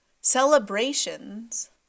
celebrations